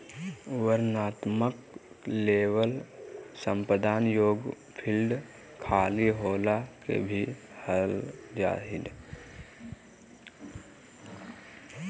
वर्णनात्मक लेबल संपादन योग्य फ़ील्ड खाली होला के भी कहल जा हइ